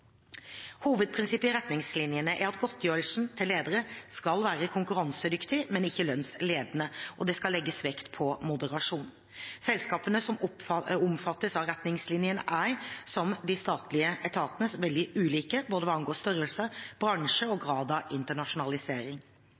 Hovedprinsippet i retningslinjene er at godtgjørelsen til ledere skal være konkurransedyktig, men ikke lønnsledende, og det skal legges vekt på moderasjon. Selskapene som omfattes av retningslinjene er, som de statlige etatene, veldig ulike, hva angår både størrelse, bransje og grad av internasjonalisering.